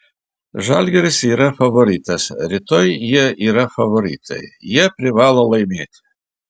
žalgiris yra favoritas rytoj jie yra favoritai jie privalo laimėti